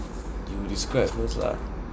you describe first lah